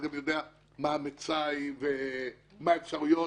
מה המצאי ומה האפשרויות.